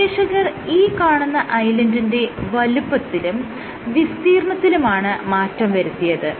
ഗവേഷകർ ഈ കാണുന്ന ഐലൻഡിന്റെ വലുപ്പത്തിലും വിസ്തീർണ്ണത്തിലുമാണ് മാറ്റം വരുത്തിയത്